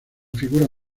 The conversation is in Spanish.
figuras